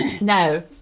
no